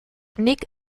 nik